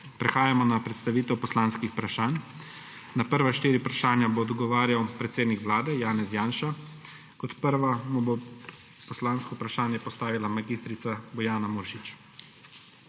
Prehajamo na predstavitev poslanskih vprašanj. Na prva štiri vprašanja bo odgovarjal predsednik Vlade Janez Janša. Prva mu bo poslansko vprašanje postavila mag. Bojana Muršič.